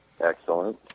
Excellent